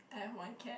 I have one cat